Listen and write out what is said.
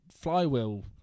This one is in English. flywheel